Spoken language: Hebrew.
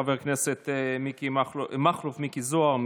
חבר הכנסת מכלוף מיקי זוהר,